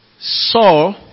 Saul